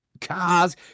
cars